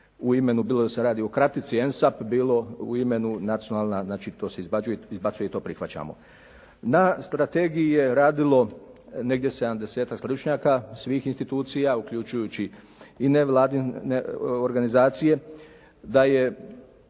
u ime bilo da se radi o kratici ENSAP bilo u imenu nacionalna, znači to se izbacuje i to prihvaćamo. Na strategiji je radilo negdje sedamdesetak stručnjaka svih institucija uključujući i nevladine organizacije da je